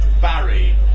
Barry